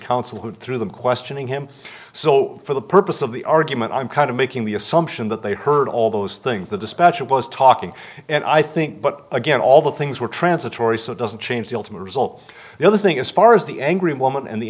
counsel who through them questioning him so for the purpose of the argument i'm kind of making the assumption that they heard all those things the dispatcher was talking and i think but again all the things were transitory so it doesn't change the ultimate result the other thing as far as the angry woman and the